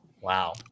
wow